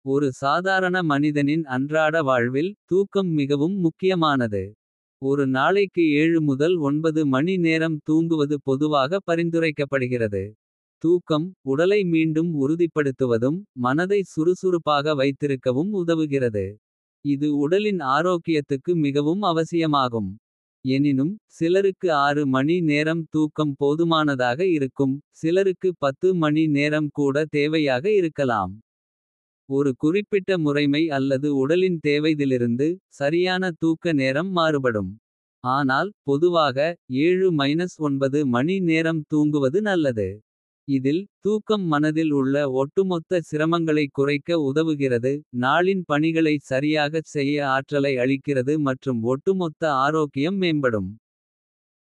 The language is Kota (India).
ஒரு சாதாரண மனிதனின் அன்றாட வாழ்வில். தூக்கம் மிகவும் முக்கியமானது ஒரு நாளைக்கு. முதல் 9 மணி நேரம் தூங்குவது பொதுவாக பரிந்துரைக்கப்படுகிறது. தூக்கம் உடலை மீண்டும் உறுதிப்படுத்துவதும். மனதை சுறுசுறுப்பாக வைத்திருக்கவும் உதவுகிறது. இது உடலின் ஆரோக்கியத்துக்கு மிகவும் அவசியமாகும். எனினும், சிலருக்கு 6 மணி நேரம் தூக்கம் போதுமானதாக இருக்கும். சிலருக்கு 10 மணி நேரம் கூட தேவையாக இருக்கலாம். ஒரு குறிப்பிட்ட முறைமை அல்லது உடலின் தேவைதிலிருந்து. சரியான தூக்க நேரம் மாறுபடும் ஆனால் பொதுவாக. மணி நேரம் தூங்குவது நல்லது இதில். தூக்கம் மனதில் உள்ள ஒட்டுமொத்த சிரமங்களைக். குறைக்க உதவுகிறது நாளின் பணிகளை சரியாகச். செய்ய ஆற்றலை அளிக்கிறது மற்றும் ஒட்டுமொத்த. ஆரோக்கியம் மேம்படும்.